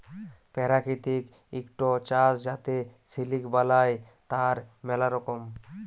পেরাকিতিক ইকট চাস যাতে সিলিক বালাই, তার ম্যালা রকম